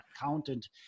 accountant